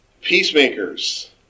Peacemakers